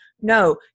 no